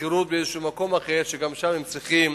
בשכירות במקום אחר, וגם שם הם צריכים